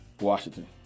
Washington